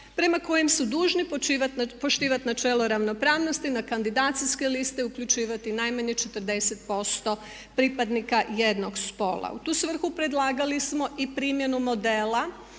prema kojem su dužni poštivati načelo ravnopravnosti na kandidacijske liste uključivati najmanje 40% pripadnika jednog spola. U tu svrhu predlagali smo i primjenu modela